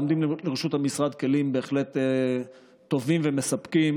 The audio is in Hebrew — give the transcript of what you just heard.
ועומדים לרשות המשרד כלים בהחלט טובים ומספקים